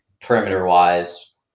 perimeter-wise